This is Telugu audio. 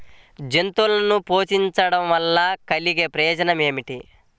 జంతువులను పోషించడం వల్ల కలిగే ప్రయోజనం ఏమిటీ?